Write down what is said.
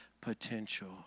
potential